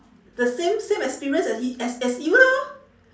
the same same experience as y~ as as you lor